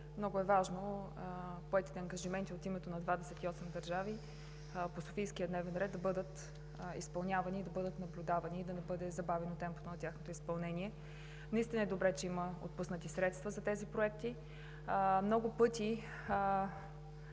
много е важно поетите ангажименти от името на 28 държави по Софийския дневен ред да бъдат изпълнявани, да бъдат наблюдавани и да не бъде забавяно темпото на тяхното изпълнение. Наистина е добре, че има отпуснати средства за тези проекти. Това, към